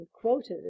quoted